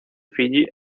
fiyi